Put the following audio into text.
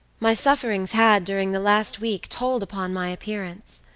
my sufferings had, during the last week, told upon my appearance.